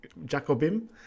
Jacobim